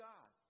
God